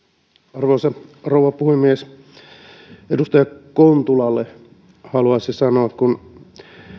arvoisa rouva puhemies edustaja kontulalle haluaisin sanoa kun